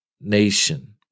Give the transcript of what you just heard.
nation